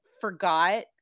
forgot